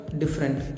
different